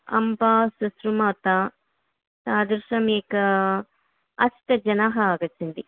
अम्बा स्वसृमाता तादृशमेका अष्टजनाः आगच्छन्ति